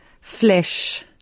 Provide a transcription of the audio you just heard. flesh